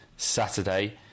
Saturday